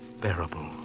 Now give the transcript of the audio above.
bearable